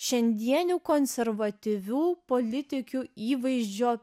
šiandienių konservatyvių politikių įvaizdžio